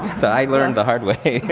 i learned the hard way.